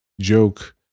Joke